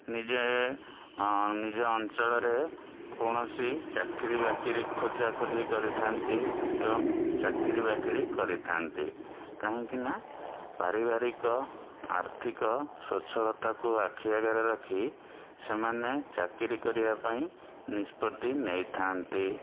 ନିଜେ ନିଜ ଅଞ୍ଚଳରେ କୌଣସି ଚାକିରୀ ବାକିରୀ ଖୋଜାଖୋଜି କରିଥାଆନ୍ତି ଏବଂ ଚାକିରୀ ବାକିରୀ କରିଥାନ୍ତି କାହିଁକିନା ପାରିବାରିକ ଆର୍ଥିକ ସ୍ଵଚ୍ଛଳତାକୁ ଆଖି ଆଗରେ ରଖି ସେମାନେ ଚାକିରୀ କରିବା ପାଇଁ ନିଷ୍ପତ୍ତି ନେଇଥାନ୍ତି